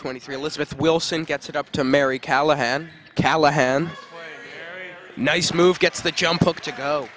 twenty three elizabeth wilson gets it up to mary callahan callahan nice move gets the jump to go